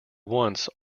once